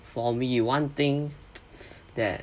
for me one thing that